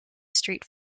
street